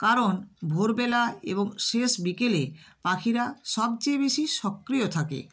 কারণ ভোরবেলা এবং শেষ বিকেলে পাখিরা সবচেয়ে বেশি সক্রিয় থাকে